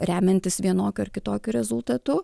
remiantis vienokiu ar kitokiu rezultatu